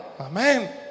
Amen